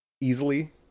easily